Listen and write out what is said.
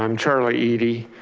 um charlie eadie,